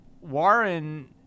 Warren